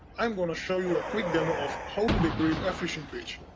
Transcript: i'm gonna show you a quick demo of how do they create a phishing page?